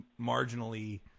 marginally